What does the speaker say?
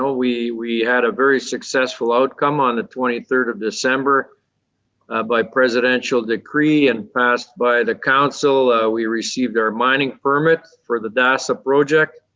ah we we had a very successful outcome on twenty third december by presidential decree and passed by the council. we received our mining permit for the dasa project.